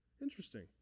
Interesting